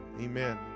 Amen